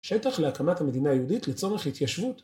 שטח להקמת המדינה היהודית לצורך התיישבות